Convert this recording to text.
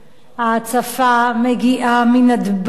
ההצפה מגיעה מנתב"ג,